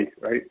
right